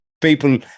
people